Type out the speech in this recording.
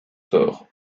sort